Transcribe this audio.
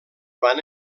van